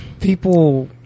people